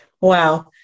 Wow